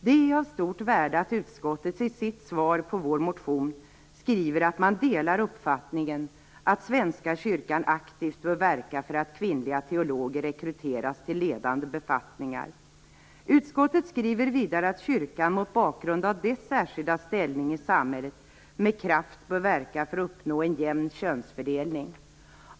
Det är av stort värde att utskottet i sitt svar på vår motion skriver att man delar uppfattningen att Svenska kyrkan aktivt bör verka för att kvinnliga teologer rekryteras till ledande befattningar. Utskottet skriver vidare att kyrkan mot bakgrund av dess särskilda ställning i samhället med kraft bör verka för att uppnå en jämn könsfördelning.